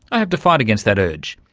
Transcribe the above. i have to fight against that urge.